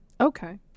Okay